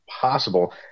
possible